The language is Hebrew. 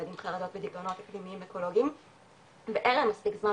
עם חרדות ודיכאונות אקלימיים אקולוגיים ואן להם מספיק זמן